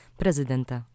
prezydenta